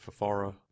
Fafara